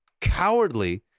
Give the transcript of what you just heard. cowardly